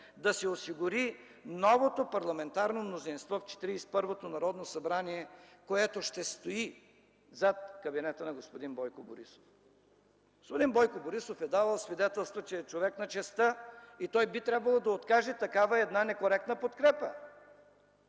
да се осигури новото парламентарно мнозинство в 41-то Народно събрание, което ще стои зад кабинета на господин Бойко Борисов. Господин Бойко Борисов е давал свидетелства, че е човек на честта и той би трябвало да откаже такава една некоректна подкрепа.